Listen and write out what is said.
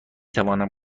تونم